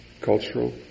cultural